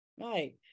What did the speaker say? right